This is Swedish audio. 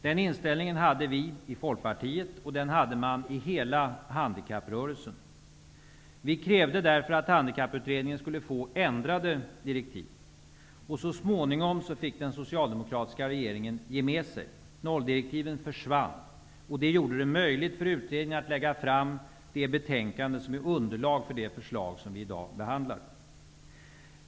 Den inställningen hade vi i Folkpartiet, och den hade man i hela handikapprörelsen. Vi krävde därför att Handikapputredningen skulle få ändrade direktiv. Så småningom fick den socialdemokratiska regeringen ge med sig. Nolldirektiven försvann. Det gjorde det möjligt för utredningen att lägga fram det betänkande som är underlag för det förslag vi i dag behandlar.